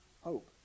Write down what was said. hope